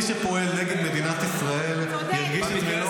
כל מי שפועל נגד מדינת ישראל ירגיש את מלוא